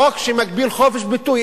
חוק שמגביל חופש ביטוי.